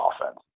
offense